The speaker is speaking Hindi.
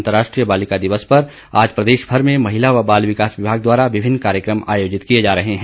अंतरराष्ट्रीय बालिका दिवस पर आज प्रदेश भर में महिला व बाल विकास विभाग द्वारा विभिन्न कार्यक्रम आयोजित किए जा रहे हैं